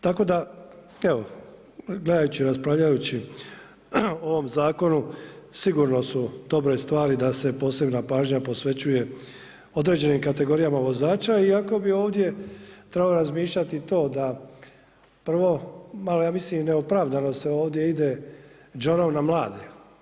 Tako da evo, gledajući, raspravljajući o ovom zakonu sigurno su dobre stvari da se dobra pažnja posvećuje određenim kategorijama vozača iako bi ovdje trebalo razmišljati i to da prvo, malo ja mislim i neopravdano se ovdje ide đonom na mlade.